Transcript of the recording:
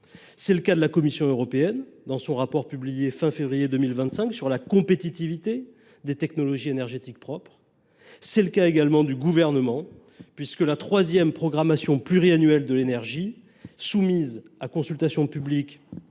C’est le cas de la Commission européenne, qui a publié à la fin du mois de février dernier un rapport sur la compétitivité des technologies énergétiques propres. C’est le cas également du Gouvernement puisque la troisième programmation pluriannuelle de l’énergie, soumise à consultation publique